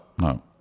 no